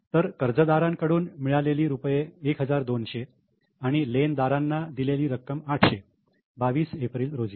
तर कर्जदारांकडून मिळाले रुपये 1200 आणि लेनदारांना दिली रक्कम 800 22 एप्रिल रोजी